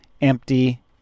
empty